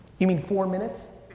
you mean four minutes?